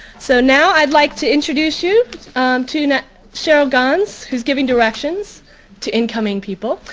so now i'd like to introduce you to cheryl ganz, who's giving directions to incoming people.